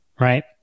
Right